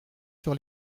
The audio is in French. sur